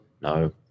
No